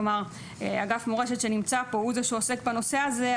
כלומר אגף מורשת שנמצא פה הוא זה שעוסק בנושא הזה,